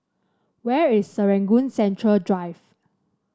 where is Serangoon Central Drive